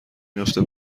میفته